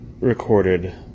recorded